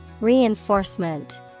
Reinforcement